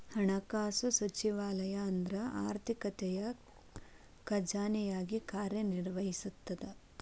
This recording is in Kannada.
ಹಣಕಾಸು ಸಚಿವಾಲಯ ಅಂದ್ರ ಆರ್ಥಿಕತೆಯ ಖಜಾನೆಯಾಗಿ ಕಾರ್ಯ ನಿರ್ವಹಿಸ್ತದ